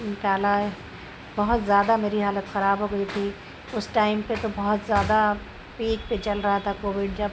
نکالا ہے بہت زیادہ میری حالت خراب ہو گئی تھی اس ٹائم پہ تو بہت زیادہ پیک پہ چل رہا تھا کووڈ جب